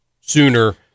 sooner